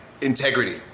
integrity